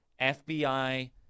FBI